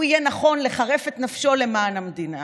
יהיה נכון לחרף את נפשו למען המדינה.